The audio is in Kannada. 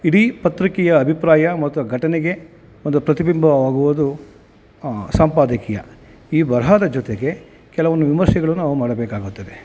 ಇಡೀ ಪತ್ರಿಕೆಯ ಅಭಿಪ್ರಾಯ ಮತ್ತು ಘಟನೆಗೆ ಒಂದು ಪ್ರತಿಬಿಂಬವಾಗುವುದು ಸಂಪಾದಕೀಯ ಈ ಬರಹದ ಜೊತೆಗೆ ಕೆಲವೊಂದು ವಿಮರ್ಶೆಗಳನ್ನು ನಾವು ಮಾಡಬೇಕಾಗುತ್ತದೆ